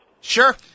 Sure